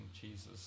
Jesus